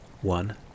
One